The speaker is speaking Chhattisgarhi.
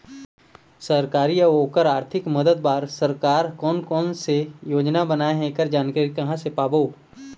सरकारी अउ ओकर आरथिक मदद बार सरकार हा कोन कौन सा योजना बनाए हे ऐकर जानकारी कहां से पाबो?